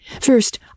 First